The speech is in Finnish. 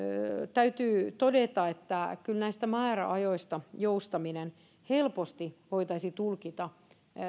täytyy todeta että kyllä näistä määräajoista joustaminen helposti voitaisiin tulkita